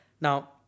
Now